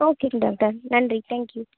ஓகேங்க டாக்டர் நன்றி தேங்க்யூ